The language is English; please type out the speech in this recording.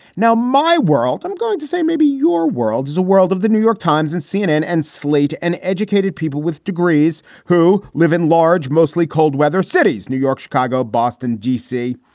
now, my world, i'm going to say maybe your world is a world of the new york times and cnn and slate and educated people with degrees who live in large, mostly cold weather cities. new york, chicago, boston, d c.